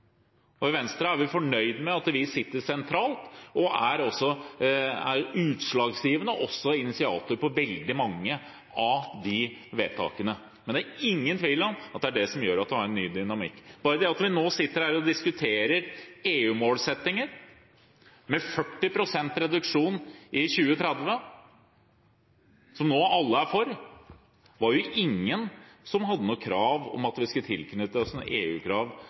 flertall. I Venstre er vi fornøyde med at vi sitter sentralt og er utslagsgivende initiativtaker for veldig mange av vedtakene. Det er ingen tvil om at det er det som gjør at vi nå har en ny dynamikk. Ta bare det at vi nå sitter her og diskuterer EU-målsettinger om 40 pst. utslippsreduksjon innen 2030, som alle nå er for: Det var ingen som stilte krav om at vi skulle knytte oss